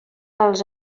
dels